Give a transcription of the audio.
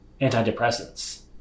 antidepressants